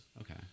Okay